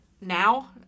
now